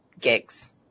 gigs